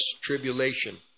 tribulation